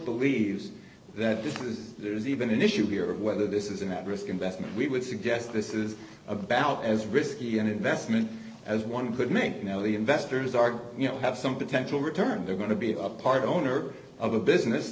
believes that this is there's even an issue here of whether this is an at risk investment we would suggest this is about as risky an investment as one could make you know the investors are you know have some potential return they're going to be a part owner of a business